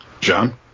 John